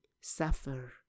suffer